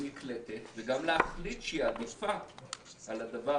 נקלטת וגם להחליט שהיא עדיפה על הדבר.